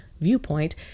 viewpoint